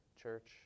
church